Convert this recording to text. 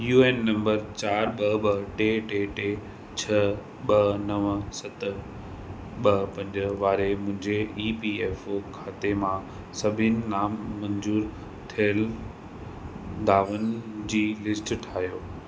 U N number चारि ॿ ॿ टे टे टे छह ॿ नव सत ॿ पंज वारे मुंहिंजे ई पी एफ ओ खाते मां सभिनि ना मंजूर थियलु दावनि जी लिस्ट ठाहियो